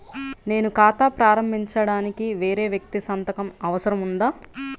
నేను ఖాతా ప్రారంభించటానికి వేరే వ్యక్తి సంతకం అవసరం ఉందా?